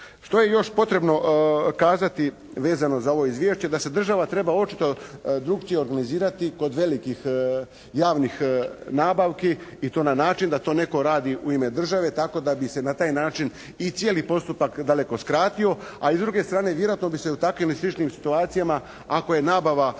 Što je još potrebno kazati vezano za ovo izvješće? Da se država treba očitovati, drukčije organizirati kod velikih javnih nabavki i to način da to netko radi u ime države, tako da bi se na taj način i cijeli postupak daleko skrati. A i s druge strane vjerojatno bi se u takvim i sličnim situacijama, ako je nabava na